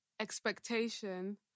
expectation